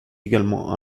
également